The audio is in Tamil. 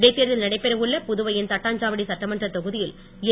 இடைத்தேர்தல் நடைபெற உள்ள புதுவையின் தட்டாஞ்சாவடி சட்டமன்றத் தொகுதியில் என்